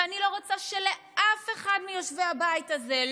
ואני לא רוצה שלאף אחד מיושבי הבית הזה,